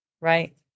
right